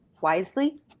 wisely